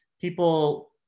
people